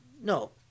no